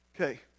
Okay